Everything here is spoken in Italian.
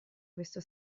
questo